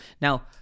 Now